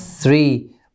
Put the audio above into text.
three